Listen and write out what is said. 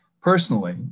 personally